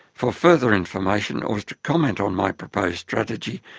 for further information or to comment on my proposed strategy,